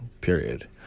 Period